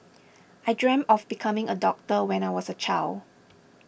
I dreamt of becoming a doctor when I was a child